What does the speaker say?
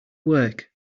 work